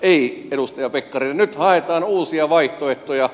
ei edustaja pekkarinen nyt haetaan uusia vaihtoehtoja